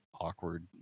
awkward